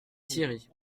thiéry